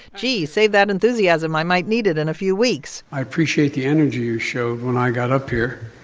gee, save that enthusiasm. i might need it in a few weeks i appreciate the energy you showed when i got up here.